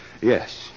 yes